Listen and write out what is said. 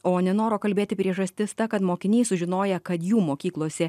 o nenoro kalbėti priežastis ta kad mokiniai sužinoję kad jų mokyklose